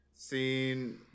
Seen